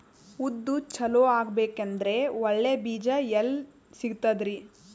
ಉದ್ದು ಚಲೋ ಆಗಬೇಕಂದ್ರೆ ಒಳ್ಳೆ ಬೀಜ ಎಲ್ ಸಿಗತದರೀ?